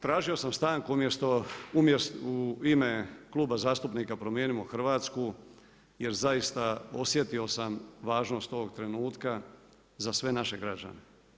Tražio sam stanku u ime Kluba zastupnika Promijenimo Hrvatsku jer zaista osjetio sam važnog ovog trenutka za sve naše građane.